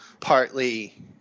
partly –